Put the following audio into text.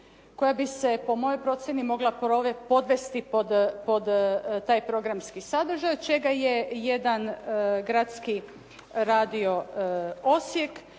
koja bi se po mojoj procjeni mogla podvesti pod taj programski sadržaj, od čega je jedan gradski radio Osijek,